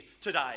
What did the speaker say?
today